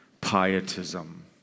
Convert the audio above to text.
pietism